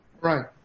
Right